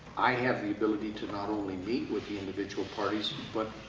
i have the ability to not only meet with the individual parties but,